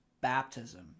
baptism